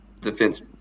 defense